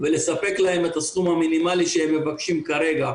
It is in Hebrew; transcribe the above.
ולספק להם את הסכום המינימלי שהם מבקשים כרגע,